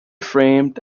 framed